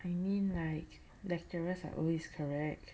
I mean like lecturers are always correct